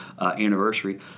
anniversary